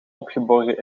opgeborgen